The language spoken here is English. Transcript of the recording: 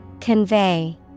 Convey